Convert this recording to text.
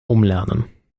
umlernen